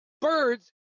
birds